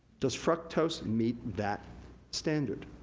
does fructose meet that standard?